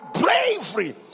bravery